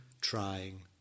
trying